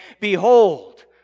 Behold